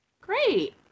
Great